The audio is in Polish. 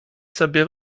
sobie